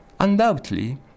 Undoubtedly